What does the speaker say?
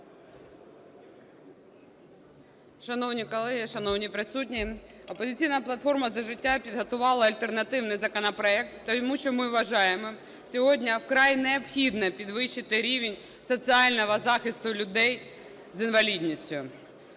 Шановні колеги, шановні присутні, "Опозиційна платформа – За життя" підготувала альтернативний законопроект, тому що ми вважаємо, сьогодні вкрай необхідно підвищити рівень соціального захисту людей з інвалідністю.